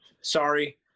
sorry